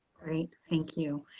great, thank you.